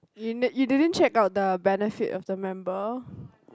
you n~ you didn't check out the benefit of the member